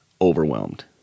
overwhelmed